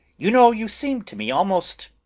you know you seem to me almost,